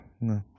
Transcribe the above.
no